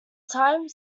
time